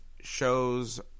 shows